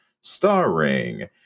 starring